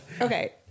okay